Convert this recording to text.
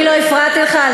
אני לא הפרעתי לך.